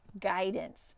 guidance